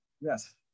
Yes